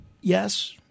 Yes